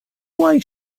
why